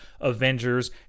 avengers